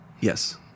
Yes